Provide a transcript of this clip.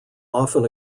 often